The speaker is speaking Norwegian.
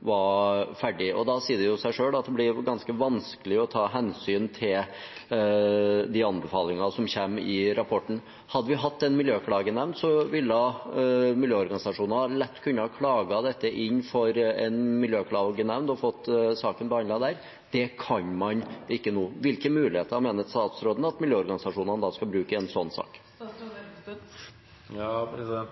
det blir ganske vanskelig å ta hensyn til de anbefalingene som kommer i rapporten. Hadde vi hatt en miljøklagenemnd, ville miljøorganisasjoner lett kunne ha klaget dette inn for en miljøklagenemnd og fått saken behandlet der. Det kan man ikke nå. Hvilke muligheter mener statsråden at miljøorganisasjonene da skal bruke i en slik sak? Nå